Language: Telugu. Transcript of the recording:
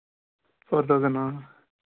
ఫోర్ థౌసండా